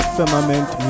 Firmament